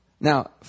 Now